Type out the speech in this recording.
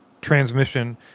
transmission